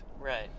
Right